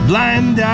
Blind